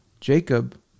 Jacob